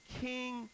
king